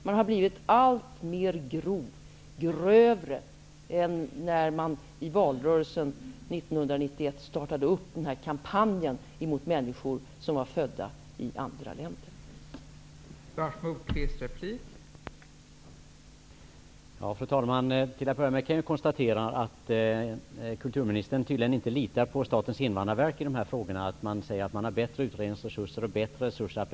Man har blivit grövre i sin framställning jämfört med valrörelsen 1991 då kampanjen mot människor som var födda i andra länder inleddes.